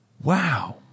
Wow